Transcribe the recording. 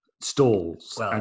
stalls